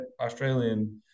Australian